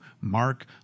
Mark